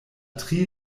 tri